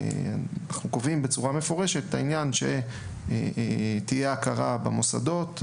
אנחנו קובעים בצורה מפורשת את העניין שתהיה הכרה במוסדות,